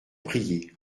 prier